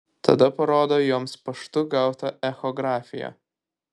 tada parodo joms paštu gautą echografiją